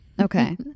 okay